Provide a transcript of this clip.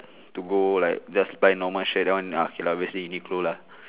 to go like just buy normal shirt that one ah okay lah obviously Uniqlo lah